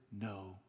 no